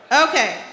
Okay